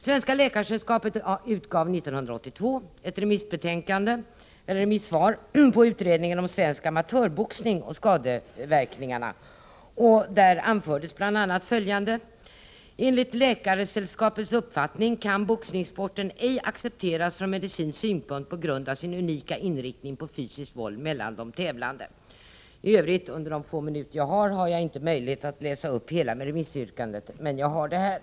Svenska läkaresällskapet avgav 1982 ett remissvar när det gällde betänkandet från den utredning som gjorts om svensk amatörboxning och skadeverkningarna, och där anfördes bl.a. följande: Enligt Läkaresällskapets uppfattning kan boxningssporten ej accepteras från medicinsk synpunkt på grund av sin unika inriktning på fysiskt våld mellan de tävlande. — Under de få minuter som står till mitt förfogande saknar jag möjlighet att läsa upp hela remissyttrandet, men jag har det här.